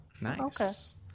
nice